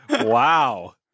Wow